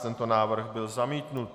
Tento návrh byl zamítnut.